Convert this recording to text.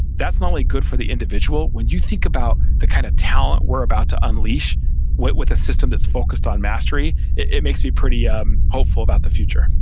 that's not only good for the individual. when you think about the kind of talent we're about to unleash with a system that's focused on mastery, it makes me pretty um hopeful about the future